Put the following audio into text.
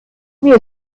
mir